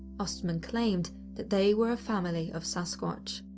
ostman claimed that they were a family of sasquatch.